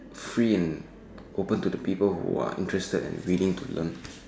free and open to the people who are interested in reading to learn